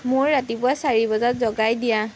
মোক ৰাতিপুৱা চাৰি বজাত জগাই দিয়া